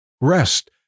Rest